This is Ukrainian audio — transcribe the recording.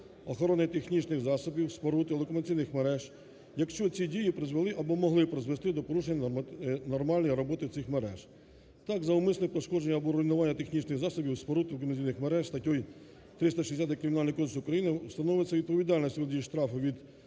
охорони технічних засобів, споруд, телекомунікаційних мереж, якщо ці дії призвели або могли призвести до порушень нормальної роботи цих мереж. Так, за умисне пошкодження або руйнування технічних засобів, споруд, телекомунікаційних мереж статтею 360 Кримінального кодексу України встановлюється відповідальність у вигляді штрафу від